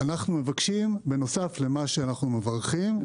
אנחנו מבקשים בנוסף למה שאנחנו מברכים,